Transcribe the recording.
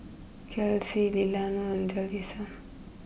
Kelsi Delano and Jalisa